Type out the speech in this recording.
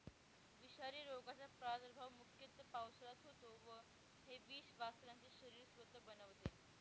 विषारी रोगाचा प्रादुर्भाव मुख्यतः पावसाळ्यात होतो व हे विष वासरांचे शरीर स्वतः बनवते